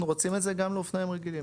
אנחנו רוצים את זה גם לאופניים רגילים,